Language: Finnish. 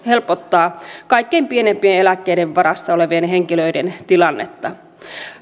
helpottaa kaikkein pienimpien eläkkeiden varassa olevien henkilöiden tilannetta